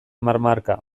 marmarka